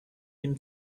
him